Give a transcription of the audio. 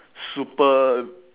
super